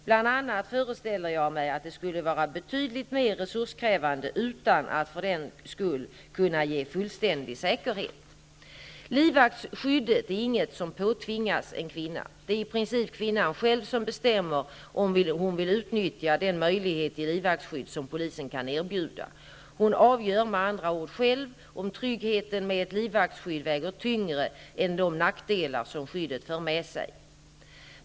Bl.a. föreställer jag mig att det skulle vara betydligt mer resurskrävande utan att för den skull kunna ge fullständig säkerhet. Livvaktsskyddet är inget som påtvingas en kvinna. Det är i princip kvinnan själv som bestämmer om hon vill utnyttja den möjlighet till livvaktsskydd som polisen kan erbjuda. Hon avgör med andra ord själv om tryggheten med ett livvaktsskydd väger tyngre än de nackdelar som skyddet för med sig.